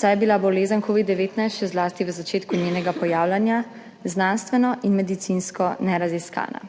saj je bila bolezen covid-19 še zlasti na začetku pojavljanja znanstveno in medicinsko neraziskana.